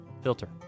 Filter